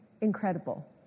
incredible